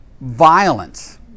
Violence